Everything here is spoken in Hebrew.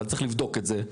אבל צריך לבדוק את זה.